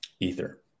Ether